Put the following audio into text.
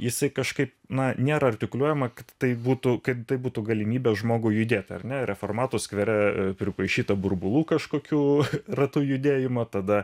jis kažkaip na nėra artikuliuojama kad taip būtų kad tai būtų galimybė žmogui judėti ar ne reformatų skvere pripaišyta burbulų kažkokių ratu judėjimo tada